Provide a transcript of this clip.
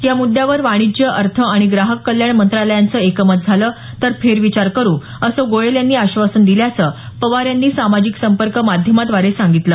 या मुद्यावर वाणिज्य अर्थ आणि ग्राहक कल्याण मंत्रालयांचं एकमत झालं तर फेरविचार करू असं गोयल यांनी आश्वासन दिल्याचं पवार यांनी सामाजिक संपर्क माध्यमाद्वारे सांगितलं